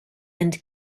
and